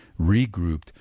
regrouped